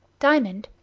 diamond,